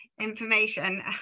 information